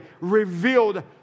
revealed